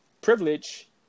privilege